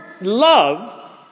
love